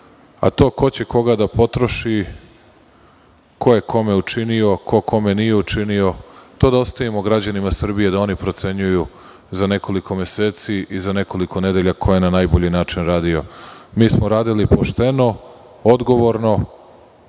a to ko će koga da potroši, ko je kome učinio, ko kome nije učinio, to da ostavimo građanima Srbije da oni procenjuju za nekoliko meseci i za nekoliko nedelja ko je na najbolji način radio. Mi smo radili pošteno, odgovorno,